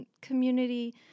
community